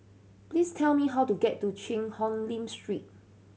please tell me how to get to Cheang Hong Lim Street